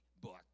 book